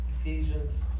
Ephesians